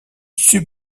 sub